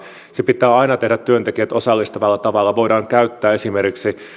se pitää aina tehdä työntekijät osallistavalla tavalla voidaan käyttää esimerkiksi